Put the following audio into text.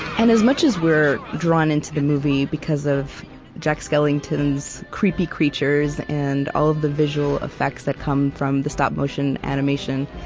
and as much as we're drawn into the movie because of jack skellington's creepy creatures and all of the visual effects that come from the stop-motion animation,